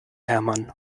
hermann